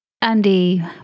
Andy